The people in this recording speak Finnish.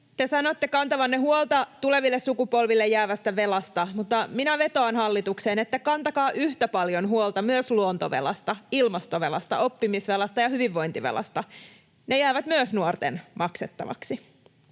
te sanotte kantavanne huolta tuleville sukupolville jäävästä velasta, mutta minä vetoan hallitukseen, että kantakaa yhtä paljon huolta myös luontovelasta, ilmastovelasta, oppimisvelasta ja hyvinvointivelasta. Myös ne jäävät nuorten maksettavaksi.